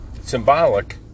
Symbolic